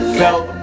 felt